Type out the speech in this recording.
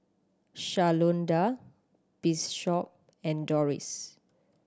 Shalonda Bishop and Dorris